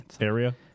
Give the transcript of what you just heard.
Area